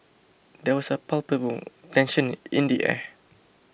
there was a palpable tension in the air